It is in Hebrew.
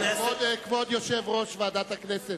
כבוד יושב-ראש ועדת הכנסת,